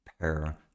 pair